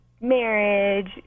marriage